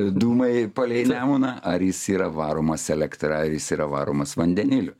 dūmai palei nemuną ar jis yra varomas elektra ar jis yra varomas vandeniliu